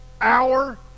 hour